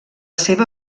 seva